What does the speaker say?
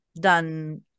done